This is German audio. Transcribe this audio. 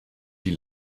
die